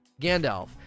Gandalf